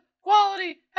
quality